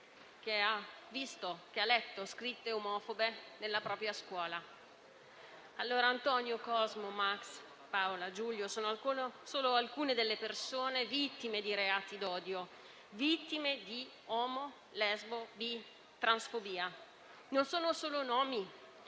che ha letto scritte omofobe nella propria scuola. Antonio, Cosimo, Max, Paola e Giulio sono solo alcune delle persone vittime di reati d'odio, vittime di omolesbobitransfobia. Non sono solo nomi: